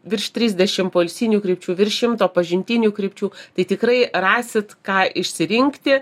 virš trisdešim poilsinių krypčių virš šimto pažintinių krypčių tai tikrai rasit ką išsirinkti